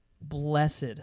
Blessed